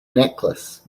necklace